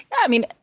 i mean,